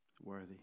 Worthy